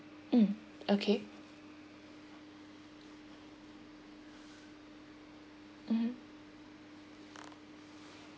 mm okay mmhmm